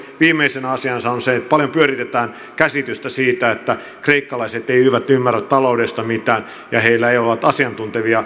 viimeisenä asiana sanon sen että paljon pyöritetään käsitystä siitä että kreikkalaiset eivät ymmärrä taloudesta mitään ja heillä ei ole asiantuntevia neuvottelijoita